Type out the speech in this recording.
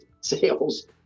sales